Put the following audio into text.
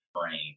frame